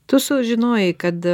tu sužinojai kad